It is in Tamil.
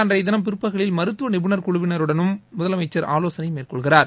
அன்றைய தினம் பிற்பகலில் மருத்துவ நிபுணர் குழுவினருடனும் முதலமைச்சர் ஆலோசனை மேற்கொள்கிறார்